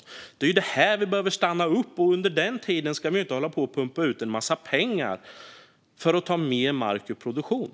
Här behöver vi stanna upp. Under tiden ska vi inte hålla på och pumpa ut en massa pengar för att ta mer mark ur produktion.